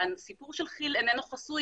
הסיפור של כי"ל אינו חסוי,